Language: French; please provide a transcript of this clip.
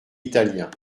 italien